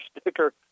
sticker